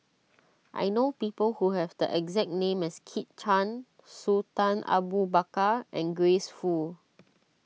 I know people who have the exact name as Kit Chan Sultan Abu Bakar and Grace Fu